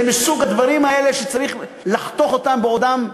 זה מסוג הדברים שצריך וראוי לחתוך אותם בעודם באבם.